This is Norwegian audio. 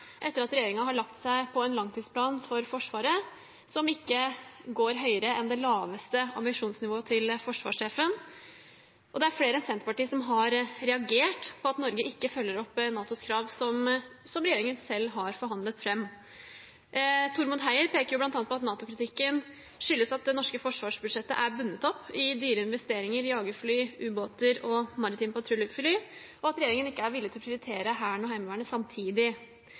etter at regjeringen har lagt seg på en langtidsplan for Forsvaret som ikke går høyere enn det laveste ambisjonsnivået til forsvarssjefen. Det er flere enn Senterpartiet som har reagert på at Norge ikke følger opp NATOs krav – som regjeringen selv har forhandlet fram. Tormod Heier peker bl.a. på at NATO-kritikken skyldes at det norske forsvarsbudsjettet er bundet opp i dyre investeringer, jagerfly, ubåter og maritime patruljefly, og at regjeringen ikke er villig til å prioritere Hæren og Heimevernet samtidig.